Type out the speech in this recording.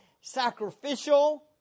sacrificial